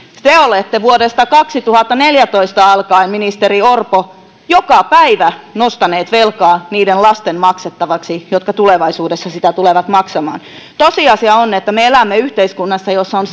te olette vuodesta kaksituhattaneljätoista alkaen ministeri orpo joka päivä nostaneet velkaa niiden lasten maksettavaksi jotka tulevaisuudessa sitä tulevat maksamaan tosiasia on että me elämme yhteiskunnassa jossa on